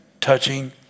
touching